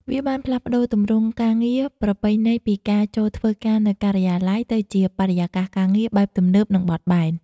វាបានផ្លាស់ប្តូរទម្រង់ការងារប្រពៃណីពីការចូលធ្វើការនៅការិយាល័យ ទៅជាបរិយាកាសការងារបែបទំនើប និងបត់បែន។